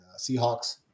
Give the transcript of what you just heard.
Seahawks